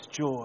joy